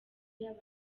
y’aba